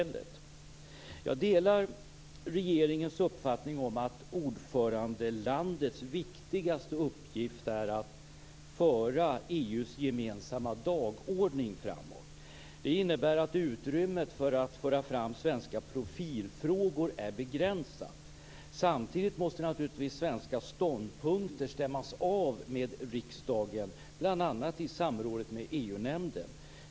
Jag delar regeringens uppfattning om att ordförandelandets viktigaste uppgift är att föra EU:s gemensamma dagordning framåt. Det innebär att utrymmet för att föra fram svenska profilfrågor är begränsat. Samtidigt måste naturligtvis svenska ståndpunkter stämmas av med riksdagen, bl.a. i samråd med EU-nämnden.